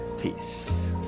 peace